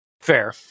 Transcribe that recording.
Fair